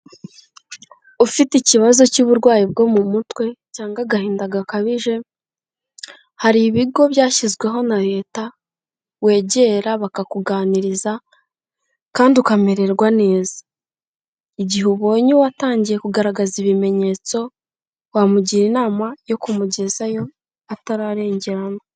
Ufite ikibazo cy'uburwayi bwo mu mutwe cyangwa agahinda gakabije, hari ibigo byashyizweho na Leta wegera bakakuganiriza kandi ukamererwa neza, igihe ubonye uwatangiye kugaragaza ibimenyetso wamugira inama yo kumugezayo atararengerana.